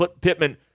Pittman